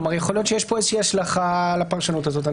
יכול להיות שיש פה איזה השלכה לפרשנות הזאת.